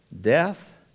death